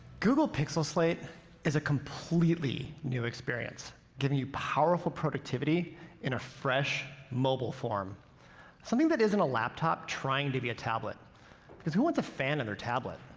google pixel slate is a completely new experience, giving you powerful productivity in a fresh, mobile form something that isn't a laptop trying to be a tablet because who wants a fan in their tablet?